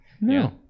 No